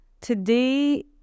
today